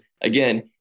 again